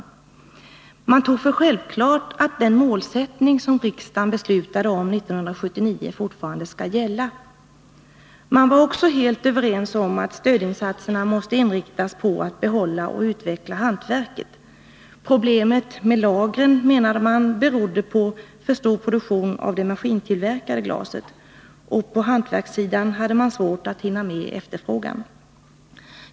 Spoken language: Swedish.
Man ansåg att det var självklart att den målsättning som riksdagen beslutade om 1979 fortfarande skall gälla. Vidare var man helt överens om att stödinsatserna måste inriktas på att behålla och utveckla hantverket. Man menade att problemet med lagren berodde på för stor produktion av det maskintillverkade glaset. På hantverkssidan hade man svårt att klara av efterfrågan.